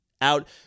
Out